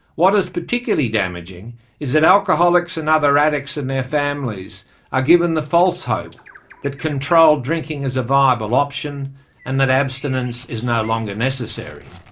what is particularly damaging is that alcoholics and other addicts and their families are given the false hope that controlled drinking is a viable option and that abstinence is no longer necessary.